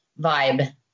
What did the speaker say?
vibe